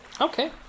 Okay